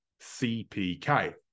CPK